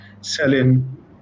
selling